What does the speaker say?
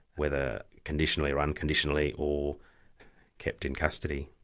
whether conditionally or unconditionally, or kept in custody.